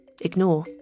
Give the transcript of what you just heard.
ignore